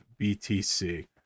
BTC